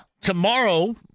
Tomorrow